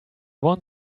want